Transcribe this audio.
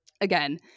again